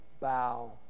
bow